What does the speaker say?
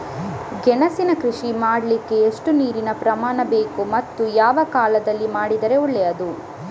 ಗೆಣಸಿನ ಕೃಷಿ ಮಾಡಲಿಕ್ಕೆ ಎಷ್ಟು ನೀರಿನ ಪ್ರಮಾಣ ಬೇಕು ಮತ್ತು ಯಾವ ಕಾಲದಲ್ಲಿ ಮಾಡಿದರೆ ಒಳ್ಳೆಯದು?